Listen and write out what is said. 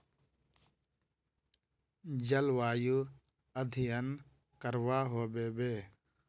जलवायु अध्यन करवा होबे बे?